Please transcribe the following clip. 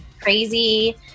crazy